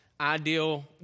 ideal